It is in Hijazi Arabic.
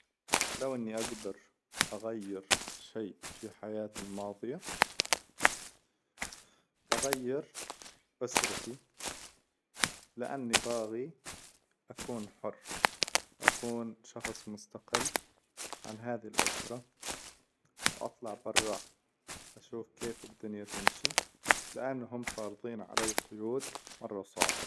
لو إني أقدر أغير شي في حياتي الماظية، بغير أسرتي، لأني باغي أكون حر، أكون شخص مستقل عن هذي الأسرة، وأطلع برة أشوف كيف الدنيا تمشي؟ أنهم فارظين علي قيود مرة صعبة.